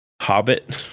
hobbit